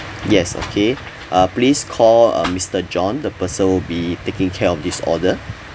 yes okay uh please call uh mister john the person will be taking care of this order